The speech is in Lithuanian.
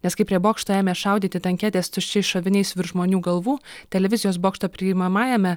nes kai prie bokšto ėmė šaudyti tanketės tuščiais šoviniais virš žmonių galvų televizijos bokšto priimamajame